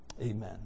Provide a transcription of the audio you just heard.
Amen